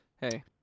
Hey